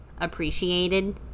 appreciated